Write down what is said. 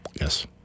Yes